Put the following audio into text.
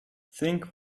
think